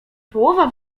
połowa